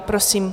Prosím.